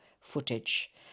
footage